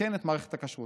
לתקן את מערכת הכשרות.